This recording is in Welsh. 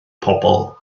pobl